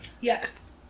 Yes